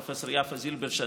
פרופ' יפה זילברשץ,